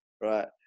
right